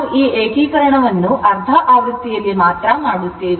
ನಾವು ಈ ಏಕೀಕರಣವನ್ನುಅರ್ಧ ಆವೃತ್ತಿಯಲ್ಲಿ ಮಾತ್ರ ಮಾಡುತ್ತೇವೆ